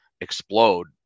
explode